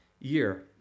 year